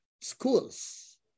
schools